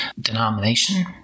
denomination